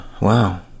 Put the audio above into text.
wow